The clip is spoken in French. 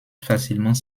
facilement